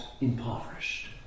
impoverished